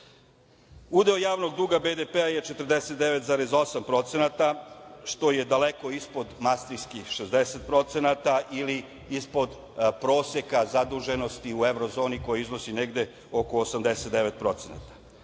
Udeo javnog duga BDP je 49,8% što je daleko ispod mastrihstkih 60%, ili ispod proseka zaduženosti u Evrozoni, koja iznosi negde oko 89%.